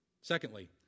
Secondly